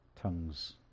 tongues